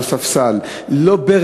לא ספסל,